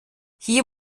hier